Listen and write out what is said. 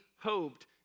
hoped